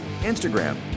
Instagram